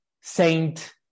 saint